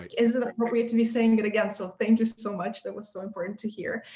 is it appropriate to be saying it again, so thank you so much, that was so important to hear.